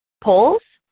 polls?